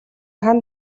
хань